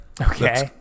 Okay